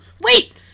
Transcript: Wait